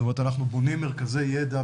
זאת אומרת אנחנו בונים מרכזי ידע,